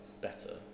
better